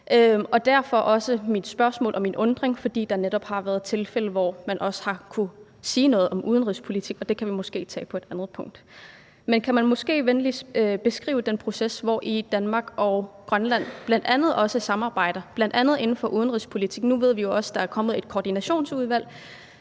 og min undren, for der har netop været nogle tilfælde, hvor man også har kunnet sige noget om udenrigspolitik, men det kan vi måske tage på et andet tidspunkt. Men kan man måske venligst beskrive den proces, hvori Danmark og Grønland samarbejder, bl.a. inden for udenrigspolitik? Nu ved vi jo også, at der er kommet et koordinationsudvalg.